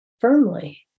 firmly